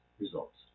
Results